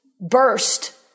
burst